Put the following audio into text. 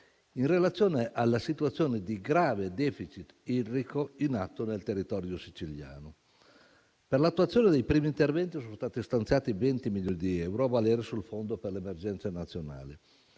in relazione alla situazione di grave *deficit* idrico in atto nel territorio siciliano. Per l'attuazione dei primi interventi sono stati stanziati 20 milioni di euro a valere sul Fondo per le emergenze nazionali.